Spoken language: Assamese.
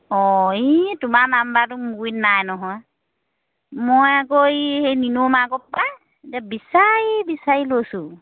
অঁ ই তোমাৰ নাম্বাৰটো মোৰ গুৰিত নাই নহয় মই আকৌ ই নিনৌ মাকৰ পৰা এতিয়া বিচাৰি বিচাৰি লৈছোঁ